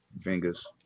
fingers